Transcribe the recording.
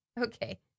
okay